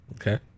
Okay